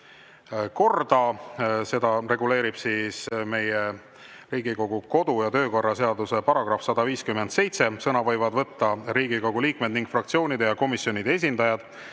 korda. Seda reguleerib meie Riigikogu kodu‑ ja töökorra seaduse § 157. Sõna võivad võtta Riigikogu liikmed ning fraktsioonide ja komisjonide esindajad.